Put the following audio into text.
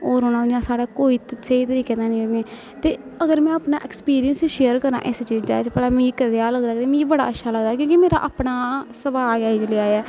और होना इ'यां साढ़े कोई स्हेई तरीके दा मेद नेईं ते अगर में अपना एक्सपीरियंस शेयर करां इस चीजा च भला मिगी कनेहा लगदा ते मी बड़ा अच्छा लगदा क्योंकि मेरा अपना स्भाऽ गै इ'यै नेहा ऐ